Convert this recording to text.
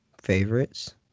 favorites